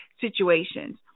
situations